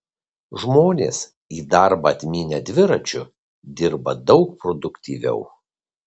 žmonės į darbą atmynę dviračiu dirba daug produktyviau